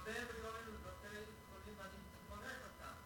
הרבה מיליונים לבתי-החולים, ואני מברך אותם.